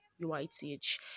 UITH